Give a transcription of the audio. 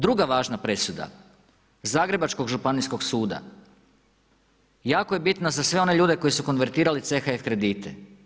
Druga važna presuda Zagrebačkog županijskog suda, jako je bitan za one ljude koji su konvenirali CHF kredite.